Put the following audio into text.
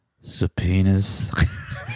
Subpoenas